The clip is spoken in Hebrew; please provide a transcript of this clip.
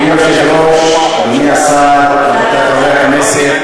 אדוני היושב-ראש, אדוני השר, רבותי חברי הכנסת,